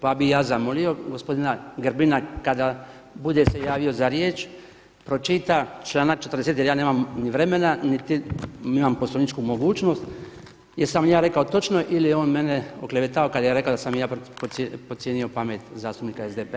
Pa bih ja zamolio gospodina Grbina kada bude se javio za riječ pročita članak 40. jer ja nemam ni vremena niti imam poslovničku mogućnost jesam li ja rekao točno ili je on mene oklevetao kada je rekao da sam ja podcijenio pamet zastupnika SDP-